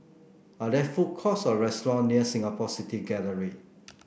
are there food courts or restaurant near Singapore City Gallery